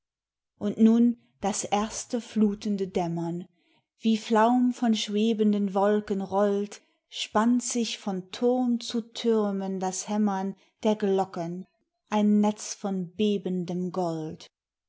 und nun das erste flutende dämmern wie flaum von schwebenden wolken rollt spannt sich von turm zu türmen das hämmern der glocken ein netz von bebendem gold